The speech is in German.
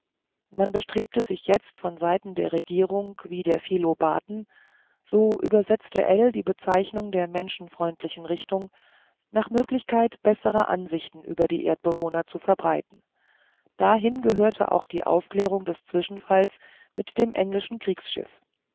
man bestrebte sich jetzt von seiten der regierung wie der philobaten so übersetzte ell die bezeichnung der menschenfreundlichen richtung nach möglichkeit bessere ansichten über die erdbewohner zu verbreiten dahin gehörte auch die aufklärung des zwischenfalls mit dem englischen kriegsschiff